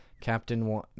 captain